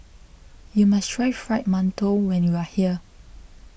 you must try Fried Mantou when you are here